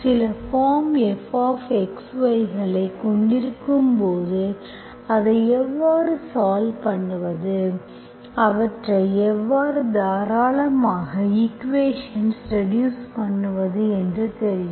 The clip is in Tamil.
சில பார்ம் fxy களைக் கொண்டிருக்கும்போது அதை எவ்வாறு சால்வ் பண்ணுவது அவற்றை எவ்வாறு தாராளமான ஈக்குவேஷன்ஸ் ரெடியூஸ் பண்ணவது என்று தெரியும்